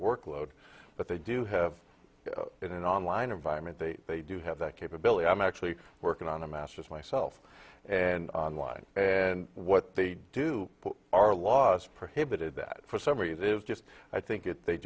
workload but they do have in an online environment they do have that capability i'm actually working on a master's myself and online and what they do are laws prohibited that for some reason is just i think it they